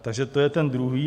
Takže to je ten druhý.